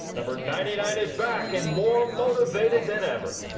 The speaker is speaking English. number ninety nine is back and more motivated than ever.